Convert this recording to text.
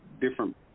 different